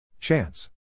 Chance